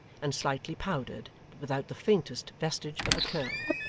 and slightly powdered, but without the faintest vestige of a curl.